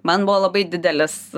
man buvo labai didelis